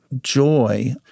joy